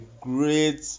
great